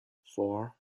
four